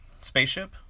spaceship